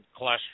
cholesterol